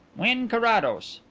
wynn carrados!